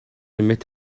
met